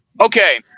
Okay